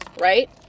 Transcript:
right